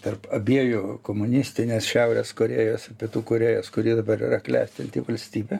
tarp abiejų komunistinės šiaurės korėjos ir pietų korėjos kuri dabar yra klestinti valstybė